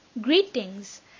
Greetings